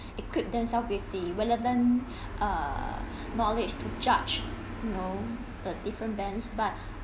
equipped themselves with the relevant err knowledge to judge know the different bands but